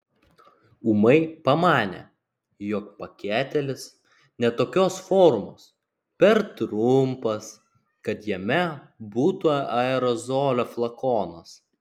ūmai pamanė jog paketėlis ne tokios formos per trumpas kad jame būtų aerozolio flakonas